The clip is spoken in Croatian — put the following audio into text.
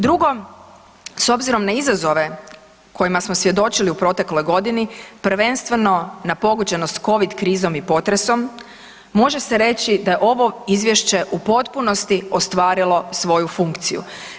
Drugo, s obzirom na izazove kojima smo svjedočili u protekloj godini prvenstveno na pogođenost Covid krizom i potresom može se reći da je ovo izvješće u potpunosti ostvarilo svoju funkciju.